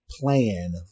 plan